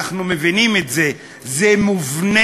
אנחנו מבינים את זה: זה מובנה,